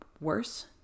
worse